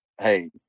hey